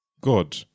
God